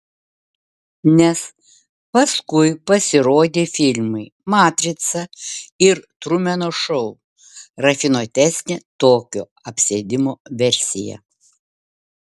nes paskui pasirodė filmai matrica ir trumeno šou rafinuotesnė tokio apsėdimo versija